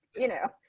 you know,